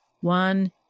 one